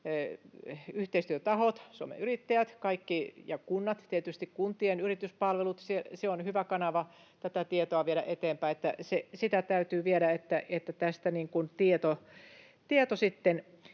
yhteistyötahot: Suomen Yrittäjät, kunnat, tietysti kuntien yrityspalvelut, se on hyvä kanava tätä tietoa viedä eteenpäin. Sitä täytyy tehdä, jotta tästä tieto sitten